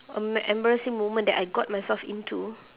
an embarrassing moment that I got myself into